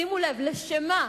שימו לב, לשם מה?